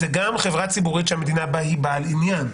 זה גם חברה ציבורית שהמדינה בה היא בעל עניין,